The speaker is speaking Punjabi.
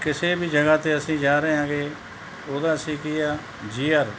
ਕਿਸੇ ਵੀ ਜਗ੍ਹਾ 'ਤੇ ਅਸੀਂ ਜਾ ਰਹੇ ਹੈਗੇ ਉਹਦਾ ਅਸੀਂ ਕੀ ਹੈ ਜੀ ਆਰ